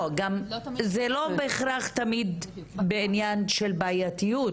זה גם לא בהכרח תמיד בעניין של בעייתיות,